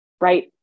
right